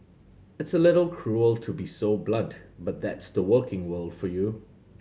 it's a little cruel to be so blunt but that's the working world for you